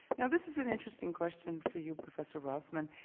now this is an interesting question for you, professor rothman,